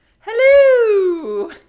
hello